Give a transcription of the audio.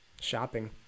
shopping